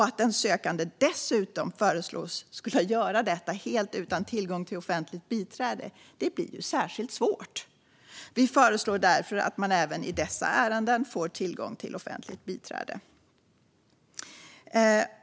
Att den sökande dessutom föreslås behöva göra detta helt utan tillgång till offentligt biträde blir särskilt svårt. Vi föreslår därför att den sökande även i dessa ärenden får tillgång till offentligt biträde.